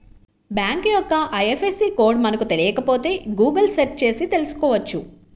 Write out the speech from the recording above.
bank యొక్క IFSC code మనకు తెలియకపోతే గుగుల్ సెర్చ్ చేసి తెల్సుకోవచ్చు